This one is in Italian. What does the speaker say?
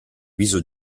viso